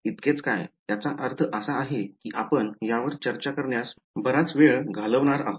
इतकेच काय याचा अर्थ असा आहे की आपण यावर चर्चा करण्यास बराच वेळ घालवणार आहोत